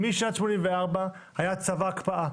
משנת 1984 היה צו ההקפאה,